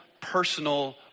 personal